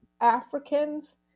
Africans